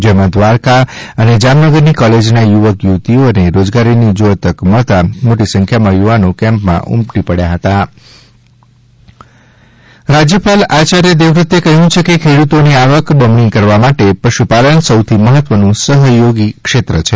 જેમાં દ્વારકા અને જામનગરની કોલેજના યુવક યુવતીઓને રોજગારીની ઉજ્જવળ તક મળતા મોટી સંખ્યામાં યુવાનો કેમ્પમાં ઉમટી પડ્યા હતા રાજ્યપાલ આચાર્ય દેવવ્રતે કહ્યું છે કે ખેડૂતોની આવક બમણી કરવા માટે પશુપાલન સૌથી મહત્વનું સહયોગી ક્ષેત્ર છે